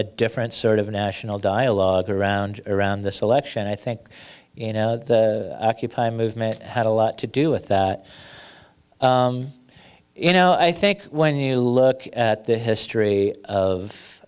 a different sort of a national dialogue around around this election i think you know the movement had a lot to do with that you know i think when you look at the history of